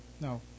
no